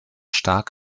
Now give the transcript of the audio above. stark